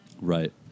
Right